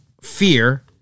fear